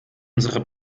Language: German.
unsere